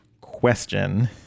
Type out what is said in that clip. Question